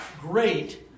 great